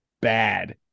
bad